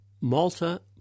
Malta